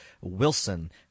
Wilson